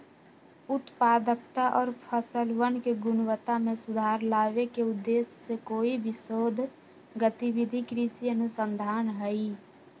उत्पादकता और फसलवन के गुणवत्ता में सुधार लावे के उद्देश्य से कोई भी शोध गतिविधि कृषि अनुसंधान हई